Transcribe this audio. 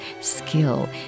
skill